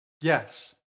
yes